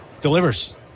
Delivers